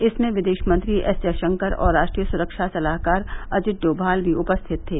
इसमें विदेश मंत्री एस जयशंकर और राष्ट्रीय सुरक्षा सलाहकार अजित डोभाल भी उपस्थित थे